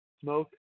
smoke